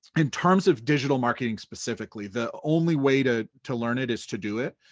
in terms of digital marketing specifically, the only way to to learn it is to do it.